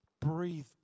breathe